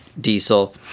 diesel